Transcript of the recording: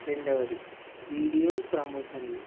రెండవది వీడియో ప్రమోషన్లు